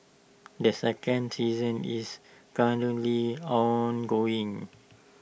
the second season is currently ongoing